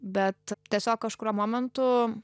bet tiesiog kažkuriuo momentu